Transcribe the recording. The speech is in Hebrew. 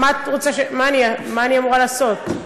מה אני אמורה לעשות?